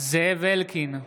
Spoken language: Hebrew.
זאב אלקין,